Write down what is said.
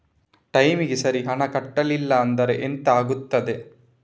ಟೈಮಿಗೆ ಸರಿ ಹಣ ಕಟ್ಟಲಿಲ್ಲ ಅಂದ್ರೆ ಎಂಥ ಆಗುತ್ತೆ?